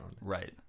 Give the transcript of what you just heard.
Right